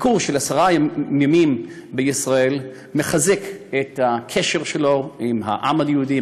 ביקור של עשרה ימים בישראל מחזק את הקשר שלו עם העם היהודי,